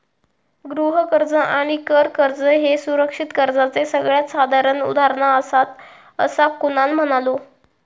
गृह कर्ज आणि कर कर्ज ह्ये सुरक्षित कर्जाचे सगळ्यात साधारण उदाहरणा आसात, असा कुणाल म्हणालो